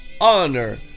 honor